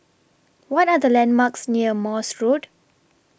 What Are The landmarks near Morse Road